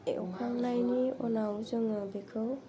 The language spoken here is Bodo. एवखांनायनि उनाव जोङो बेखौ